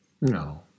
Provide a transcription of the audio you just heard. No